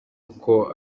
uko